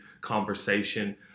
conversation